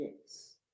yes